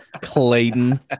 Clayton